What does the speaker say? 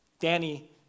Danny